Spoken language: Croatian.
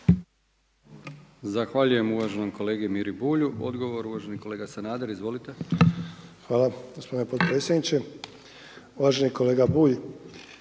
Zahvaljujem uvaženom kolegi Miri Bulju. Odgovor uvaženi kolega Sanader. Izvolite. **Sanader, Ante (HDZ)** Hvala gospodine potpredsjedniče. Uvaženi kolega Bulj,